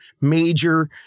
major